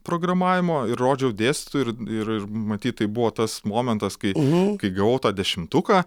programavimo ir rodžiau dėstytojui ir ir matyt tai buvo tas momentas kai kai gavau tą dešimtuką